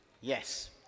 Yes